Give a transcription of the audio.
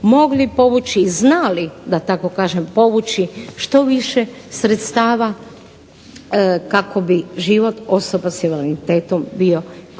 mogli povući i znali da tako kažem povući što više sredstava kako bi život osoba s invaliditetom bio kvalitetniji.